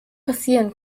passieren